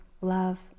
love